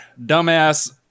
dumbass